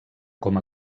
com